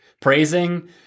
praising